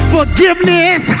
Forgiveness